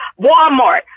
Walmart